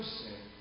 sin